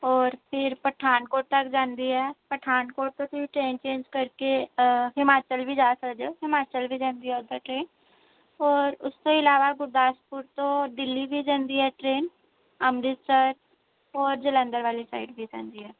ਹੋਰ ਫਿਰ ਪਠਾਨਕੋਟ ਤੱਕ ਜਾਂਦੀ ਹੈ ਪਠਾਨਕੋਟ ਤੋਂ ਤੁਸੀਂ ਟਰੇਨ ਚੇਂਜ ਕਰਕੇ ਹਿਮਾਚਲ ਵੀ ਜਾ ਸਕਦੇ ਹੋ ਹਿਮਾਚਲ ਵੀ ਜਾਂਦੀ ਹੈ ਉੱਦਾਂ ਟਰੇਨ ਹੋਰ ਉਸ ਤੋਂ ਇਲਾਵਾ ਗੁਰਦਾਸਪੁਰ ਤੋਂ ਦਿੱਲੀ ਵੀ ਜਾਂਦੀ ਹੈ ਟਰੇਨ ਅੰਮ੍ਰਿਤਸਰ ਹੋਰ ਜਲੰਧਰ ਵਾਲੀ ਸਾਈਡ ਵੀ ਜਾਂਦੀ ਹੈ